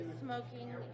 smoking